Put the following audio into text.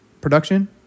production